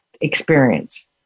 experience